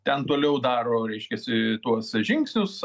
ten toliau daro reiškiasi tuos žingsnius